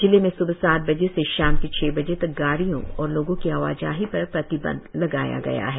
जिले में स्बह सात बजे से शाम के छह बजे तक गाड़ियों और लोगो की आवाजाही पर प्रतिबंध लगाया गया है